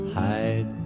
hide